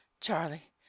Charlie